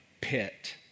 pit